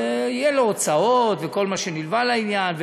ויהיו לו הוצאות וכל מה שנלווה לעניין,